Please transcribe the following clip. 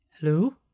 Hello